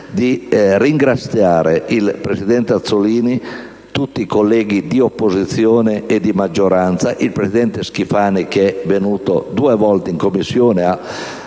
di ringraziare il presidente Azzollini, tutti i colleghi, di opposizione e di maggioranza, il presidente Schifani, venuto due volte in Commissione a